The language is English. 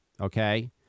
okay